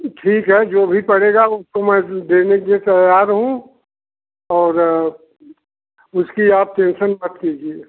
ठीक है जो भी पड़ेगा वह तो मैं देने के लिए तैयार हूँ और उसकी आप टेंसन मत लीजिए